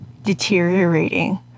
deteriorating